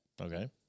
okay